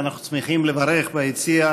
במסגרת